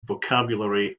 vocabulary